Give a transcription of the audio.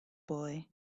boy